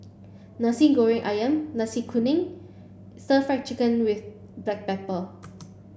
Nasi Goreng Ayam Nasi Kuning Stir Fry Chicken with Black Pepper